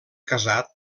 casat